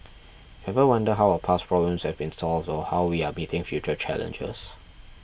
ever wonder how our past problems have been solved or how we are meeting future challenges